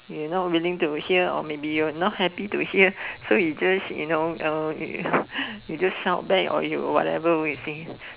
you not willing to hear or maybe you not happy to hear so you know uh you just shout back or whatever you say